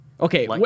okay